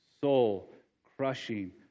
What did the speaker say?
soul-crushing